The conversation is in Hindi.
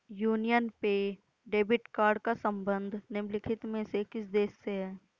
यूनियन पे डेबिट कार्ड का संबंध निम्नलिखित में से किस देश से है?